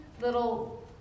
little